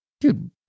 dude